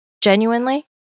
genuinely